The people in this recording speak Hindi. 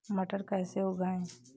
मटर कैसे उगाएं?